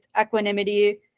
equanimity